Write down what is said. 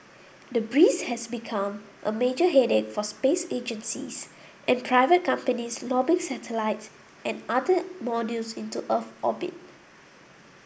debris has become a major headache for space agencies and private companies lobbing satellites and other modules into Earth orbit